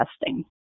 testing